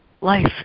life